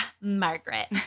Margaret